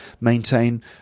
maintain